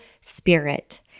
spirit